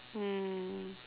mm